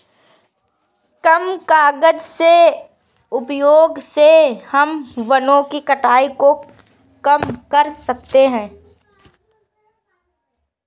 कम कागज़ के उपयोग से हम वनो की कटाई को कम कर सकते है